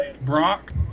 Brock